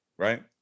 Right